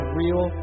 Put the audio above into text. real